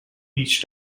each